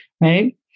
right